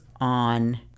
on